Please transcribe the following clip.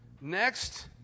next